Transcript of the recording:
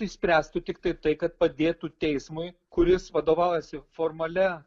išspręstų tiktai tai kad padėtų teismui kuris vadovaujasi formalia